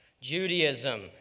Judaism